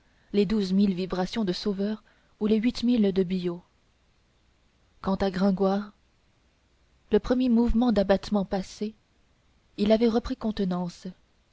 les douze mille vibrations de sauveur ou les huit mille de biot quant à gringoire le premier mouvement d'abattement passé il avait repris contenance